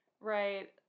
Right